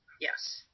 Yes